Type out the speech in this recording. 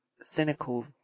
cynical